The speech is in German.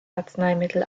arzneimittel